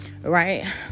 right